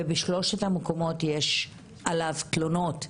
ובשלושת המקומות יש עליו תלונות,